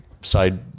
side